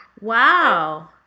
Wow